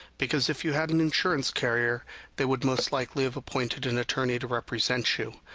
because if you had an insurance carrier they would most likely have appointed an attorney to represent you.